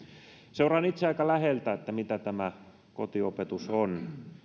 seuraan itse aika läheltä mitä tämä kotiopetus on